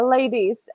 Ladies